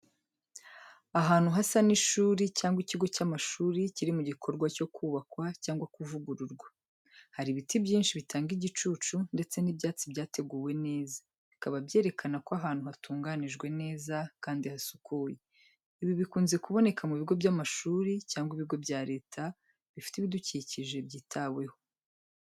Ahantu hasa n’ishuri cyangwa ikigo cy'amashuri kiri mu gikorwa cyo kubakwa cyangwa kuvugururwa. Hari ibiti byinshi bitanga igicucu ndetse n'ibyatsi byateguwe neza bikaba byerekana ko ahantu hatunganijwe neza kandi hasukuye. Ibi bikunze kuboneka mu bigo by’amashuri cyangwa ibigo bya leta bifite ibidukikije byitaweho.